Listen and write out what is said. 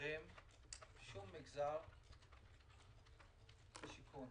להחרים שום מגזר בשיכון